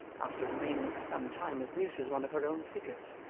after remaining for some time as mute as one of her own figures.